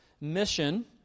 mission